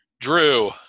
drew